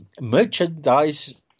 merchandise